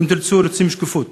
ו"אם תרצו" רוצים שקיפות.